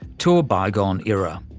to a bygone era.